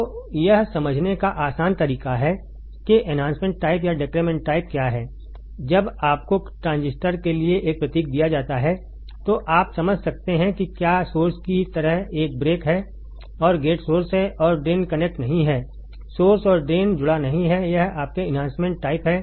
तो यह समझने का आसान तरीका है कि एन्हांसमेंट टाइप या डेक्रेमेंट टाइप क्या है जब आपको ट्रांजिस्टर के लिए यह प्रतीक दिया जाता है तो आप समझ सकते हैं कि क्या सोर्स की तरह एक ब्रेक है और गेट सोर्स हैं और ड्रेन कनेक्ट नहीं है सोर्स और ड्रेन जुड़ा नहीं है यह आपके एन्हांसमेंट टाइप है